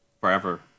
forever